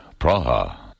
Praha